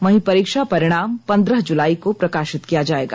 वहीं परीक्षा परिणाम पन्द्रह जुलाई को प्रकाशित किया जाएगा